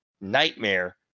nightmare